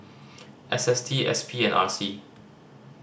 S S T S P and R C